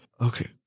okay